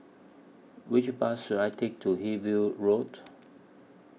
Which Bus should I Take to Hillview Road